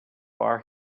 bar